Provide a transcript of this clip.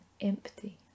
empty